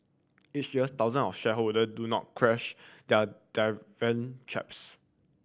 each year thousand of shareholder do not cash their dividend cheques